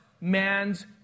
man's